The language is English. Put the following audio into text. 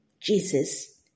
Jesus